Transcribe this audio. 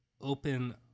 open